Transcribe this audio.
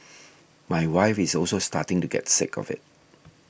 my wife is also starting to get sick of it